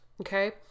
okay